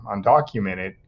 undocumented